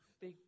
Big